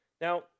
Now